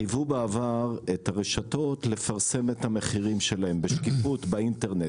חייבו בעבר את הרשתות לפרסם את המחירים שלהם בשקיפות באינטרנט,